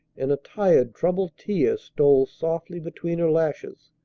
and a tired, troubled tear stole softly between her lashes.